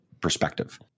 perspective